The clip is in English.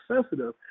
sensitive